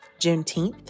Juneteenth